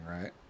right